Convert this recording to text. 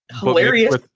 hilarious